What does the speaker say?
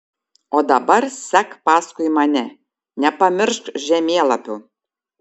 o dabar sek paskui mane nepamiršk žemėlapių